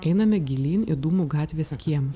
einame gilyn į dūmų gatvės kiemą